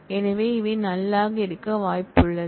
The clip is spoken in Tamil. எனவே இவை நல் மாக இருக்க வாய்ப்புள்ளது